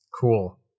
cool